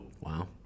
Wow